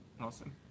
Awesome